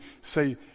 say